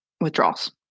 withdrawals